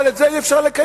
אבל את זה אי-אפשר לקיים.